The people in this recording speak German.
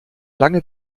lange